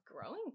growing